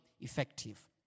effective